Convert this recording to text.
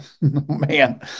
man